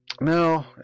no